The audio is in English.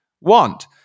want